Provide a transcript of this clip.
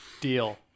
Deal